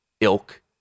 ilk